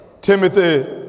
Timothy